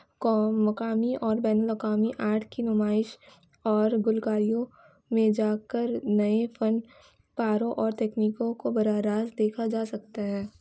کو مقامی اور بین الاقوامی آرٹ کی نمائش اور گلوکاریوں میں جاگ کر نئے فنکاروں اور تکنیکوں کو برراہ راست دیکھا جا سکتا ہے